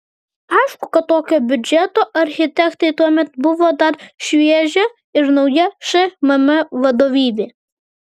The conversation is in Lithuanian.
aišku kad tokio biudžeto architektai tuomet buvo dar šviežia ir nauja šmm vadovybė